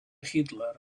hitler